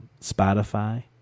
Spotify